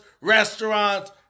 restaurants